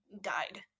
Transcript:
died